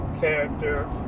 character